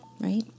right